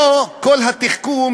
פה כל התחכום,